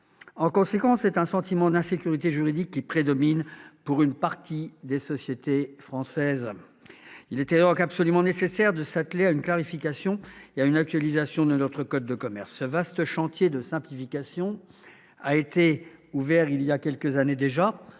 En conséquence, c'est un sentiment d'insécurité juridique qui prédomine pour une partie des sociétés françaises. Il était donc absolument nécessaire de s'atteler à une clarification et une actualisation de notre code de commerce. Ce vaste chantier de simplification a été ouvert il y a quelques années déjà